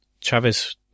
Travis